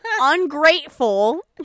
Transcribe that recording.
ungrateful